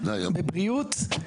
בבריאות.